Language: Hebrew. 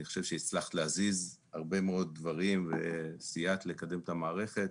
אני חושב שהצלחת להזיז הרבה מאוד דברים וסייעת לקדם את המערכת.